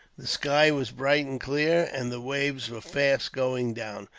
the sky was bright and clear, and the waves were fast going down.